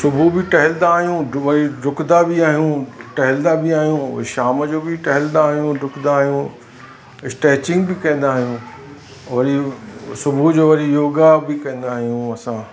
सुबुह बि टहलंदा आहियूं त भाई ॾुकंदा बि आहियूं टहलंदा बि आहियूं शाम जो बि टहलंदा आहियूं ॾुकंदा आहियूं स्टैचिंग बि कंदा आहियूं वरी सुबुह जो वरी योगा बि कंदा आहियूं